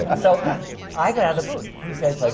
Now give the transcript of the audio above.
ah so i got out of the booth. he says, like